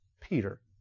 Peter